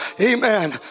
Amen